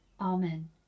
Amen